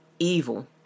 evil